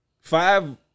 five